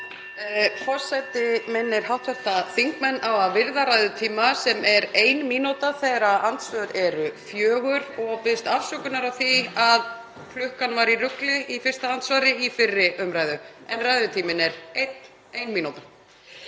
Forseti minnir hv. þingmenn á að virða ræðutíma sem er ein mínúta þegar andsvör eru fjögur og biðst afsökunar á því að klukkan var í rugli í fyrsta andsvari hér í fyrri lotu. En ræðutíminn er ein mínúta.